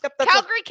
calgary